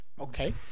Okay